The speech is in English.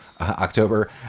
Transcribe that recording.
October